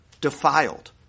defiled